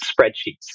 spreadsheets